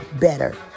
better